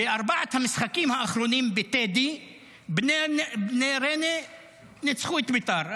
בארבעת המשחקים האחרונים בטדי בני ריינה ניצחו את בית"ר,